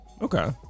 Okay